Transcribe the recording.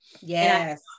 yes